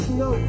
no